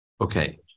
Okay